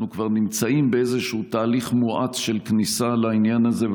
כבר נמצאים באיזשהו תהליך מואץ של כניסה לעניין הזה,